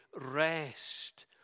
rest